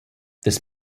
this